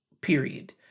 period